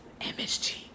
MSG